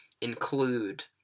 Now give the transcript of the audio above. include